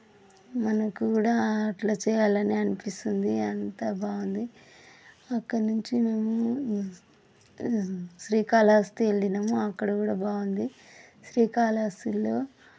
మనకు కూడా అట్లా చేయాలనే అనిపిస్తుంది అంత బాగుంది అక్కడ నుంచి మేము శ్రీకాళహస్తి వెళ్ళినాము అక్కడ కూడా బాగుంది శ్రీకాళహస్తిలో